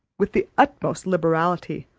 with the utmost liberality,